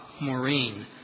Maureen